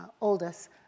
oldest